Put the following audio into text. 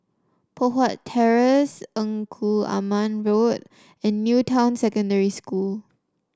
Poh Huat Terrace Engku Aman Road and New Town Secondary School